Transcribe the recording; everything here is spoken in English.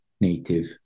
native